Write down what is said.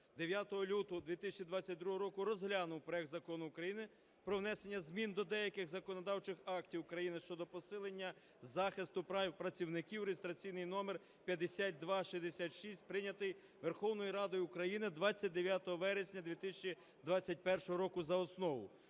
9 лютого 2022 року розглянув проект Закону України про внесення змін до деяких законодавчих актів України щодо посилення захисту прав працівників (реєстраційний номер 5266), прийнятий Верховною Радою України 29 вересня 2021 року за основу